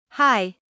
Hi